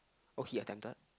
okay you are tempted